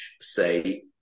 say